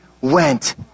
went